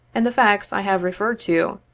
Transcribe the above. and the facts i have referred to,